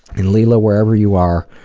and leila wherever you are,